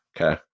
Okay